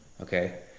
Okay